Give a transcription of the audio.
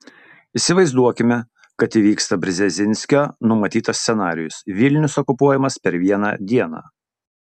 įsivaizduokime kad įvyksta brzezinskio numatytas scenarijus vilnius okupuojamas per vieną dieną